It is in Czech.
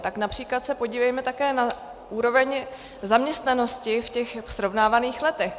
Tak například se podívejme také na úroveň zaměstnanosti ve srovnávaných letech.